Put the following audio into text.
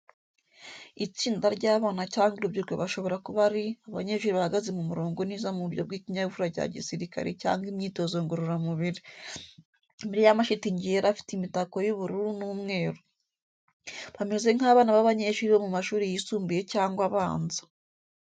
Itsinda ry'abana cyangwa urubyiruko bashobora kuba ari abanyeshuri bahagaze mu murongo neza mu buryo bw'ikinyabupfura cya gisirikare cyangwa imyitozo ngororamubiri, imbere y’amashitingi yera afite imitako y’ubururu n'umweru. Bameze nk’abana b’abanyeshuri bo mu mashuri yisumbuye cyangwa abanza.